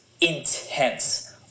intense